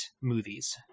movies